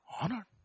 Honor